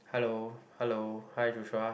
hello hello hi Joshua